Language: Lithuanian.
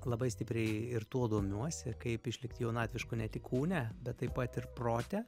labai stipriai ir tuo domiuosi kaip išlikti jaunatvišku ne tik kūne bet taip pat ir prote